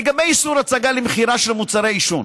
לגבי איסור הצגה למכירה של מוצרי עישון,